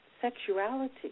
sexuality